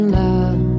love